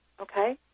okay